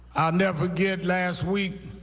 never forget last week